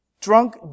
drunk